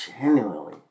genuinely